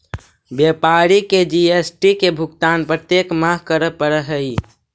व्यापारी के जी.एस.टी के भुगतान प्रत्येक माह करे पड़ऽ हई